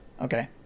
Okay